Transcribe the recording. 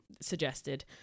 suggested